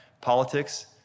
politics